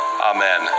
Amen